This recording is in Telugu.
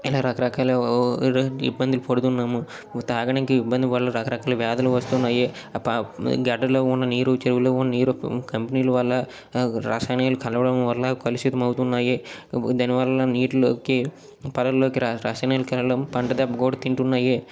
ఇలా రకరకాల ఇబ్బందులు పడుతున్నాము తాగడానీకి ఇబ్బంది వల్ల రకరకాల వ్యాధులు వస్తున్నాయి గడ్డలో ఉన్న నీరు చెరువులో ఉన్న నీరు కంపెనీలు వల్ల రసాయనాలు కలవడం వల్ల కలుషితం అవుతున్నాయి దాని వల్ల నీటిలోకి పొలాల్లోకి రసాయనాలు కలవడం పంట దెబ్బ కూడా తింటున్నాయి